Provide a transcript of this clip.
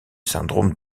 syndrome